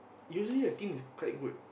usually the team is quite good